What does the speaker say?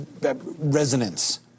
resonance